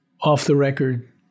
off-the-record